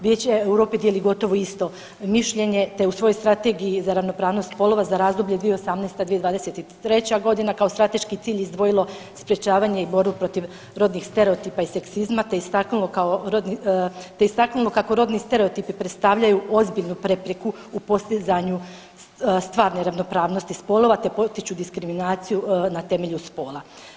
Vijeće Europe dijeli gotovo isto mišljenje te u svojoj Strategiji za ravnopravnost spolova za razdoblje 2018.-2023.g. kao strateški cilj izdvojilo sprečavanje i borbu protiv rodnih stereotipa i seksizma te istaknulo kako rodni stereotipi predstavljaju ozbiljnu prepreku u postizanju stvarne ravnopravnosti spolova te potiču diskriminaciju na temelju spola.